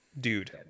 Dude